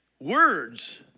words